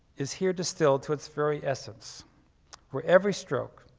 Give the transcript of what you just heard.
is here distilled to its very essence where every stroke,